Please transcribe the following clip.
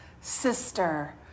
sister